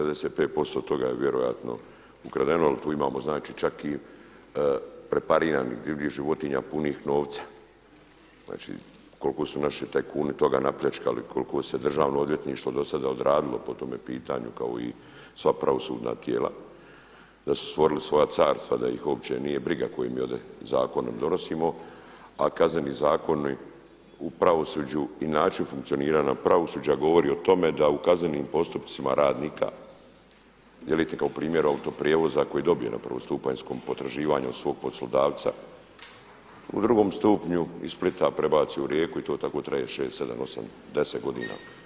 95% je vjerojatno je ukradeno jel tu imamo čak i prepariranih divljih životinja punih novca, znači koliko su naši tajkuni toga napljačkali, koliko se Državno odvjetništvo do sada odradilo po tome pitanju kao i sva pravosudna tijela, da su stvorili svoja carstva da ih uopće nije briga koje mi ovdje zakone donosimo, a kazneni zakoni u pravosuđu i način funkcioniranja pravosuđa govori o tome da u kaznenim postupcima radnika … primjera autoprijevoza koji je dobio na prvostupanjskom potraživanja od svog poslodavca u drugom stupnju iz Splita prebaci u Rijeku i to tako traje 6,7,8,10 godina.